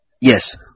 Yes